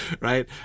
right